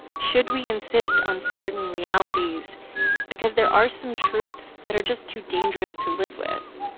should we insist on certain realities because there are some truths that are just too dangerous to live with?